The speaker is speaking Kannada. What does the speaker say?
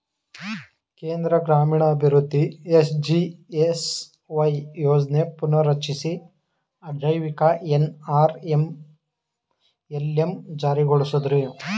ಕೇಂದ್ರ ಗ್ರಾಮೀಣಾಭಿವೃದ್ಧಿ ಎಸ್.ಜಿ.ಎಸ್.ವೈ ಯೋಜ್ನ ಪುನರ್ರಚಿಸಿ ಆಜೀವಿಕ ಎನ್.ಅರ್.ಎಲ್.ಎಂ ಜಾರಿಗೊಳಿಸಿದ್ರು